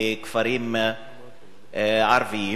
בכפרים ערביים,